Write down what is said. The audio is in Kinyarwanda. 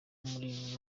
muri